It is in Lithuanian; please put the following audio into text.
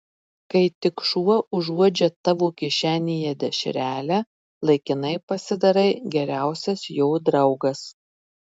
kai tik šuo užuodžia tavo kišenėje dešrelę laikinai pasidarai geriausias jo draugas